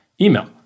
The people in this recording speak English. email